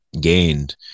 gained